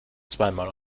zweimal